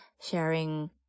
sharing